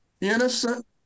innocent